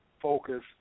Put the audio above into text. Focus